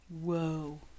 Whoa